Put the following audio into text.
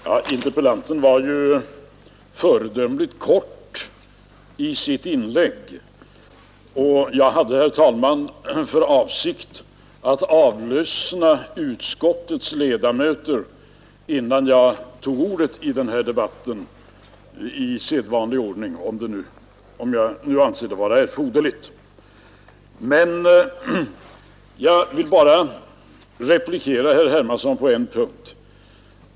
Herr talman! Interpellanten fattade sig ju föredömligt kort i sitt inlägg. Jag hade egentligen för avsikt att avlyssna utskottets ledamöter innan jag tog ordet i sedvanlig ordning, om jag skulle anse det vara erforderligt, men jag vill replikera herr Hermansson i Stockholm på en punkt.